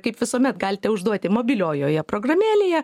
kaip visuomet galite užduoti mobiliojoje programėlėje